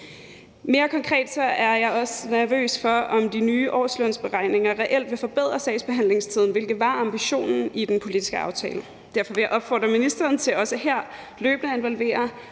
Mere konkret er jeg også nervøs for, om de nye årslønsberegninger reelt vil forbedre sagsbehandlingstiden, hvilket var ambitionen i den politiske aftale. Derfor vil jeg opfordre ministeren til også her løbende at involvere